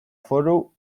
foru